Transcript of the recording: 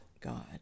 God